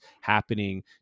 happening